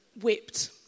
whipped